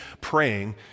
praying